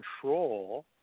control